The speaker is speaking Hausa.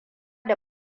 da